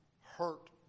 hurt